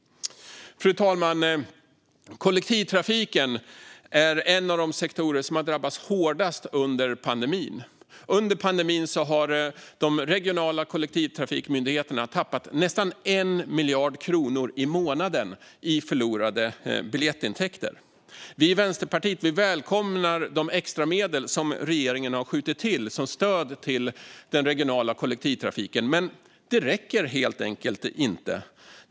Fru talman! Kollektivtrafiken är en av de sektorer som har drabbats hårdast under pandemin. Under pandemin har de regionala kollektivtrafikmyndigheterna tappat nästan 1 miljard kronor i månaden i förlorade biljettintäkter. Vi i Vänsterpartiet välkomnar de extramedel som regeringen har skjutit till som stöd till den regionala kollektivtrafiken, men det räcker helt enkelt inte.